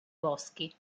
boschi